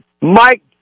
Mike